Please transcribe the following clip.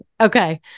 Okay